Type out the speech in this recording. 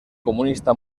comunista